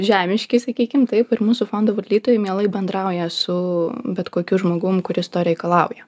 žemiški sakykim taip ir mūsų fondo valdytojai mielai bendrauja su bet kokiu žmogum kuris to reikalauja